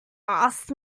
asked